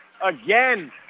Again